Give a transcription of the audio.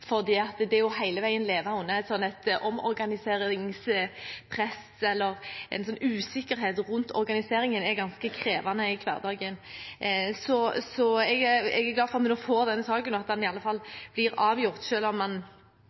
å leve under et omorganiseringspress og en usikkerhet rundt organiseringen er ganske krevende i hverdagen. Så jeg er glad for at vi nå får denne saken, og at den iallfall blir avgjort, selv om